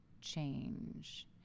change